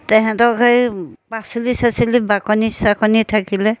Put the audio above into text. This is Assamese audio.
তেহেঁতক সেই পাচলি চাচলি বাকলি চাকলি থাকিলে